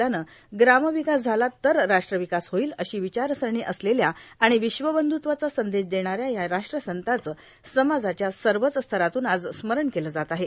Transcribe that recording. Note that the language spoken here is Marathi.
भारत हा खेड्यांचा देश असल्यानं ग्रामविकास झाला तर राष्ट्रविकास होईल अशी विचारसरणी असलेल्या आणि विश्वबंध्त्वाचा संदेश देणाऱ्या या राष्ट्रसंताचं समाजाच्या सर्वच स्तरातून आज स्मरण केलं जात आहे